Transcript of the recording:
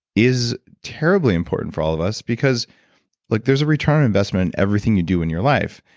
is terribly important for all of us, because like there's a return on investment everything you do in your life.